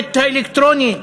התקשורת האלקטרונית